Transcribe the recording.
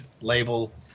label